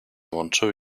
łączyły